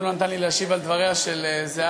הוא לא נתן לי להשיב על דבריה של זהבה,